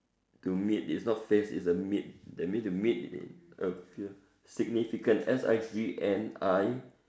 to meet it's not face it's a meet that means you meet a fu~ significant S I G N I